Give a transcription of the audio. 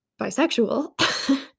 bisexual